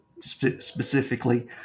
specifically